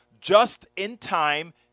just-in-time